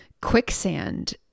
quicksand